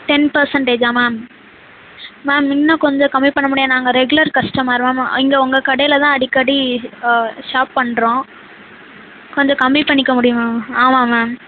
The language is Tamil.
டென் பர்சன்டேஜ்ஜா மேம் மேம் இன்னும் கொஞ்சம் கம்மி பண்ண முடியாதா நாங்கள் ரெகுலர் கஸ்டமர் மேம் இங்கே உங்க கடையில் தான் அடிக்கடி ஷாப் பண்ணுறோம் கொஞ்சம் கம்மி பண்ணிக்க முடியுமா ஆமாம் மேம்